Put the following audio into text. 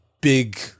big